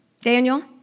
Daniel